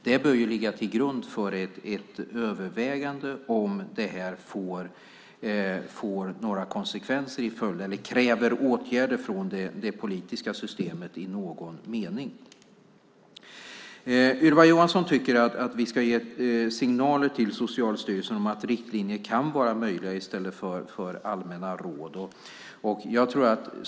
Det bör ju ligga till grund för ett övervägande om det här kräver åtgärder från det politiska systemet i någon mening. Ylva Johansson tycker att vi ska ge signaler till Socialstyrelsen om att riktlinjer kan vara möjliga i stället för allmänna råd.